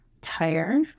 tire